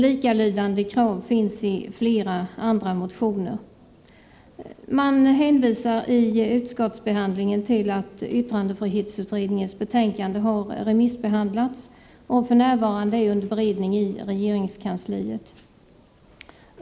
Likalydande krav finns i flera andra motioner. Utskottet hänvisar till att yttrandefrihetsutredningens betänkande har remissbehandlats och f.n. är under beredning i regeringskansliet.